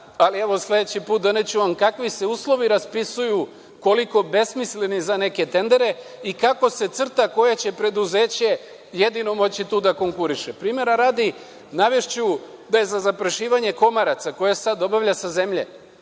ali sledeći put ću vam doneti kakvi se uslovi raspisuju, koliko besmisleni za neke tendere, i kako se crta koje će preduzeće jedino moći tu da konkuriše. Primera radi, navešću da je za zaprašivanje komaraca, koje se sada obavlja sa zemlje,